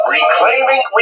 Reclaiming